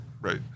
Right